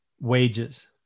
wages